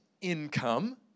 income